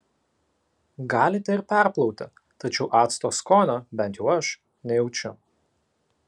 galite ir perplauti tačiau acto skonio bent jau aš nejaučiu